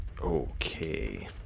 Okay